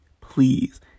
please